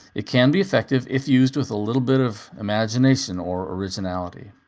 it can be effective if used with a little bit of imagination or originality.